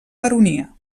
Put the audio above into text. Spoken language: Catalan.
baronia